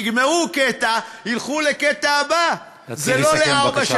יגמרו קטע, ילכו לקטע הבא, להתחיל לסכם בבקשה.